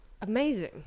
Amazing